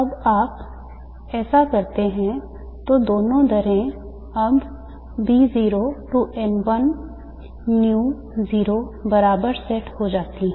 जब आप ऐसा करते हैं तो दोनों दरें अब बराबर सेट हो जाती हैं